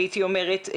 הייתי אומרת,